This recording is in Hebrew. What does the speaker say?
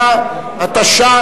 49 בעד,